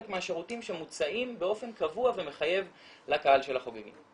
מהשירותים שמוצעים באופן קבוע ומחייב לקהל של החוגגים.